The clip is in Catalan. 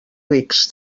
rics